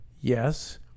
yes